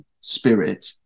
spirit